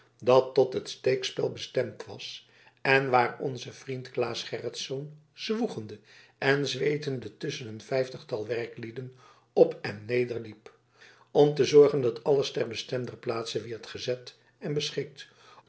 dat tot het steekspel bestemd was en waar onze vriend claes gerritsz zwoegende en zweetende tusschen een vijftigtal werklieden op en neder liep om te zorgen dat alles ter bestemder plaatse wierd gezet en beschikt